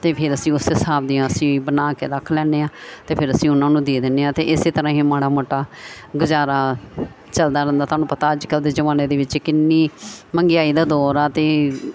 ਅਤੇ ਫਿਰ ਅਸੀਂ ਉਸ ਹਿਸਾਬ ਦੀਆਂ ਅਸੀਂ ਬਣਾ ਕੇ ਰੱਖ ਲੈਂਦੇ ਹਾਂ ਅਤੇ ਫਿਰ ਅਸੀਂ ਉਹਨਾਂ ਨੂੰ ਦੇ ਦਿੰਦੇ ਹਾਂ ਇਸ ਤਰ੍ਹਾਂ ਹੀ ਮਾੜਾ ਮੋਟਾ ਗੁਜ਼ਾਰਾ ਚੱਲਦਾ ਰਹਿੰਦਾ ਤੁਹਾਨੂੰ ਪਤਾ ਅੱਜ ਕੱਲ੍ਹ ਦੇ ਜਮਾਨੇ ਦੇ ਵਿੱਚ ਕਿੰਨੀ ਮੰਹਿੰਗਾਈ ਦਾ ਦੌਰ ਆ ਅਤੇ